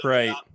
right